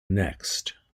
next